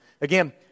Again